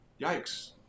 Yikes